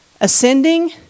ascending